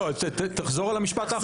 לא, תחזור על המשפט האחרון.